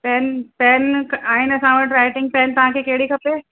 pen pen आहिनि असां वटि राईटिंग पेन तव्हांखे कहिड़ी खपे